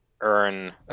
earn